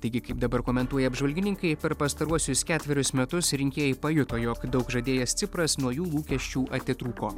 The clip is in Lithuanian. taigi kaip dabar komentuoja apžvalgininkai per pastaruosius ketverius metus rinkėjai pajuto jog daug žadėjęs cipras nuo jų lūkesčių atitrūko